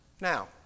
Now